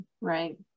right